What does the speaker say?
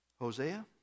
Hosea